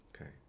Okay